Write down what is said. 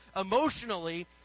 emotionally